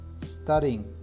Studying